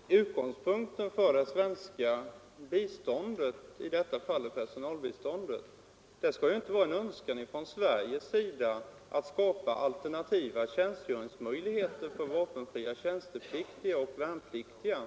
Herr talman! Helt kort: Utgångspunkten för det svenska biståndet, i detta fall personalbiståndet, skall inte vara en önskan från Sveriges sida att skapa alternativa tjänstgöringsmöjligheter för vapenfria värnpliktiga,